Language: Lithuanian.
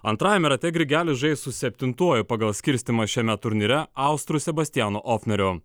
antrajame rate grigelis žais su septintuoju pagal skirstymą šiame turnyre austru sebastijano ofneriu